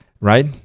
right